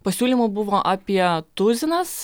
pasiūlymų buvo apie tuzinas